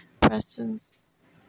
presence